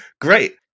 great